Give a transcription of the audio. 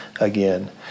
again